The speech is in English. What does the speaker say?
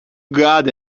got